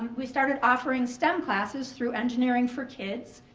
we started offering stem classes through engineering for kids.